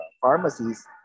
pharmacies